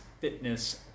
Fitness